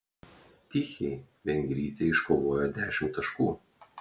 tichei vengrytė iškovojo dešimt taškų